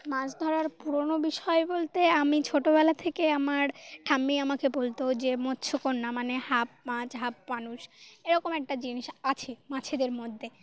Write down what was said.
মাছ ধরার পুরোনো বিষয় বলতে আমি ছোটোবেলা থেকে আমার ঠাম্মি আমাকে বলতো যে মৎস্যকন্যা মানে হাফ মাছ হাফ মানুষ এরকম একটা জিনিস আছে মাছেদের মধ্যে